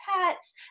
pets